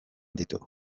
ditu